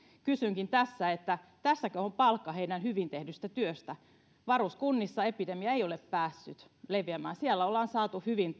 kysynkin tässä tässäkö on palkka heidän hyvin tekemästään työstä varuskunnissa epidemia ei ole päässyt leviämään siellä ollaan saatu hyvin